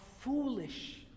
foolish